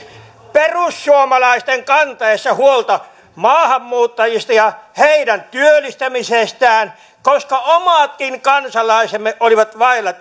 perussuomalaisten kantaessa huolta maahanmuuttajista ja heidän työllistämisestään koska omatkin kansalaisemme olivat vailla